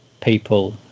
people